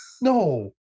no